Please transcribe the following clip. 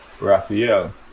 Raphael